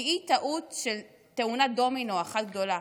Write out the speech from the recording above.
כי היא טעות של תאונת דומינו אחת גדולה.